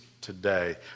today